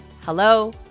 hello